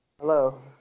Hello